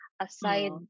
Aside